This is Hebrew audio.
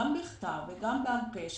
גם בכתב וגם בעל פה,